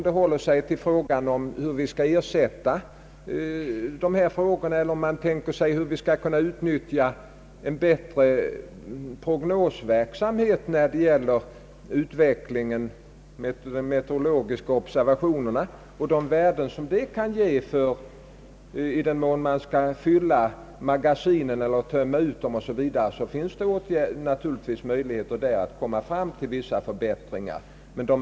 Då man skall ersätta skador eller utnyttja den prognosverksamhet som bygger på meteorologiska observationer och den ledning som dessa kan ge när det gäller att avgöra om man skall fylla magasinen eller tömma dem, finns det naturligtvis möjlighet att komma fram till vissa förbättringar.